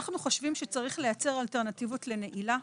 אנחנו חושבים שצריך לייצר אלטרנטיבות לנעילה.